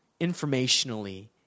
informationally